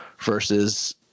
versus